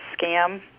scam